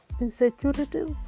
insecurities